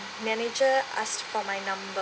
manager asked for my number